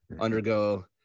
undergo